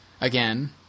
again